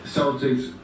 Celtics